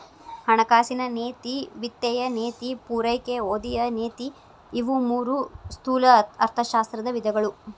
ಹಣಕಾಸಿನ ನೇತಿ ವಿತ್ತೇಯ ನೇತಿ ಪೂರೈಕೆ ಬದಿಯ ನೇತಿ ಇವು ಮೂರೂ ಸ್ಥೂಲ ಅರ್ಥಶಾಸ್ತ್ರದ ವಿಧಗಳು